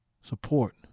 support